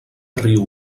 riu